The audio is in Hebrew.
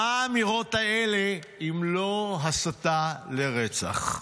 מה האמירות האלה אם לא הסתה לרצח?